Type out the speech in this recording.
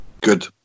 Good